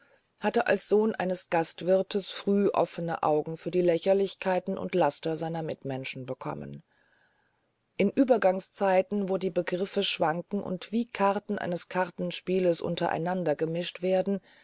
hatte als sohn eines gastwirtes früh offene augen für die lächerlichkeiten und laster seiner mitmenschen bekommen in übergangszeiten wo die begriffe schwanken und wie karten eines kartenspieles durcheinandergemischt werden